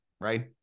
right